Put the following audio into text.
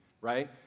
right